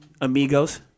Amigos